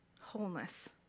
wholeness